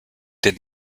did